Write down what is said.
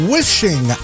Wishing